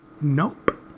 Nope